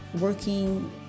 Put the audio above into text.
working